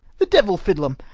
the diuell fiddle em,